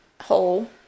hole